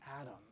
Adam